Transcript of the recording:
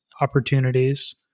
opportunities